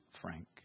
frank